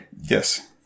Yes